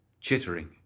Chittering